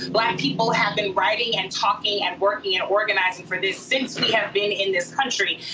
black people have been writing and talking and working and organizing for this since we have been in this country.